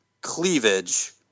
cleavage